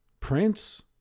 Prince